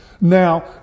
Now